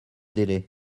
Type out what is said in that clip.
délai